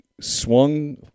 swung